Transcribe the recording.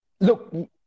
Look